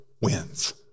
wins